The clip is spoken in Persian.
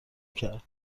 کرد